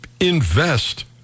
invest